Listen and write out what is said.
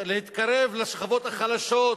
להתקרב לשכבות החלשות,